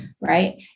right